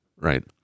Right